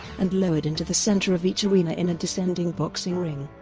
and lowered into the center of each arena in a descending boxing ring.